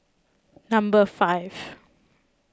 number five